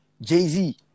Jay-Z